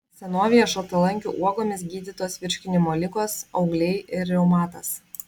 senovėje šaltalankių uogomis gydytos virškinimo ligos augliai ir reumatas